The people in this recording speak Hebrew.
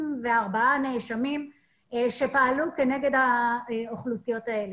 נאשמים שפעלו כנגד האוכלוסיות האלה.